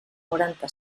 noranta